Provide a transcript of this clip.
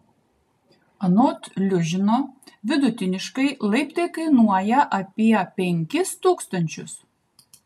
anot liužino vidutiniškai laiptai kainuoja apie penkis tūkstančius